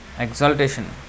Exaltation